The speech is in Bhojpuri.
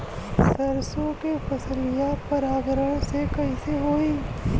सरसो के फसलिया परागण से कईसे होई?